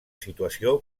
situació